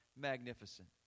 magnificent